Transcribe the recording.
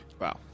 Wow